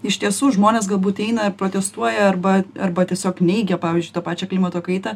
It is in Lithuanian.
iš tiesų žmonės galbūt eina ir protestuoja arba arba tiesiog neigia pavyzdžiui tą pačią klimato kaitą